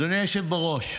אדוני היושב בראש,